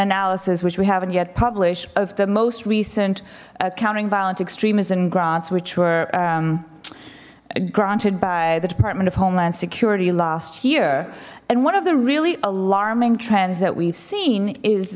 alysis which we haven't yet published of the most recent countering violent extremism grants which were granted by the department of homeland security last year and one of the really alarming trends that we've seen is